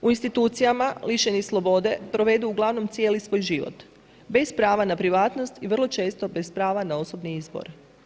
U institucijama, lišeni slobode, provedu uglavnom cijeli svoj život bez prava na privatnost i vrlo često bez prava na osobni izbor.